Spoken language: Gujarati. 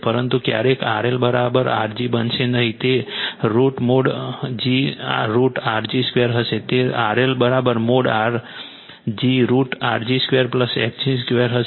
પરંતુ ક્યારેય RLR g બનશે નહીં તે √mod g √Rg 2 હશે તે RL mod g √Rg 2 xg 2 હશે